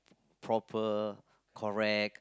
proper correct